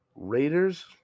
Raiders